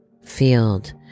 field